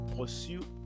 pursue